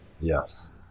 Yes